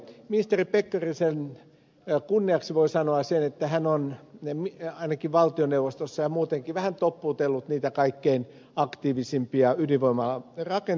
ministeri pekkarisen kunniaksi voi sanoa sen että hän on ainakin valtioneuvostossa ja muutenkin vähän toppuutellut niitä kaikkein aktiivisimpia ydinvoimarakentajia